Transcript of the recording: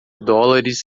dólares